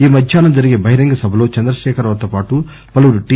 ఈ మధ్యాహ్నం జరిగే బహిరంగ సభలో చంద్రశేఖరరావుతో పాటు పలువురు టి